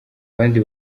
bandi